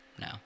No